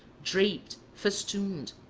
draped, festooned,